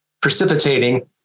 precipitating